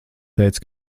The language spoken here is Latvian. teici